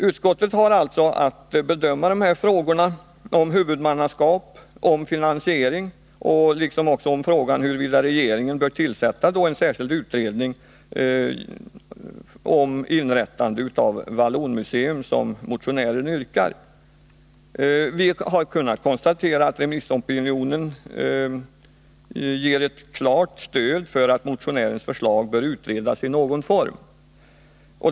Utskottet har alltså haft att bedöma frågorna om huvudmannaskap och finansiering liksom frågan om huruvida regeringen bör tillsätta en särskild utredning om det av motionären yrkade inrättandet av ett vallonmuseum. Vi har kunnat konstatera att remissopinionen ger ett klart stöd för att motionärens förslag bör utredas i någon form.